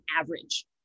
average